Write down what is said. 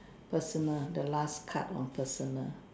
personal the last card on personal